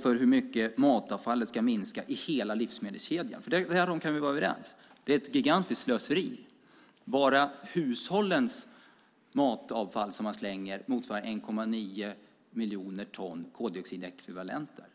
för hur mycket matavfallet ska minska i hela livsmedelskedjan. Vi kan vara överens om att det är ett gigantiskt slöseri. Bara det matavfall som hushållen slänger motsvarar 1,9 miljoner ton koldioxidekvivalenter.